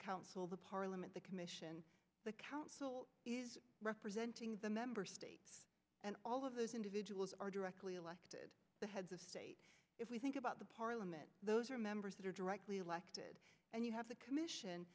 council the parliament the commission the council is representing the member states and all of those individuals are directly elected the heads of state if we think about the parliament those are members that are directly elected and you have the commission